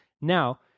Now